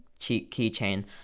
keychain